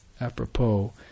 apropos